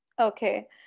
Okay